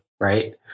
right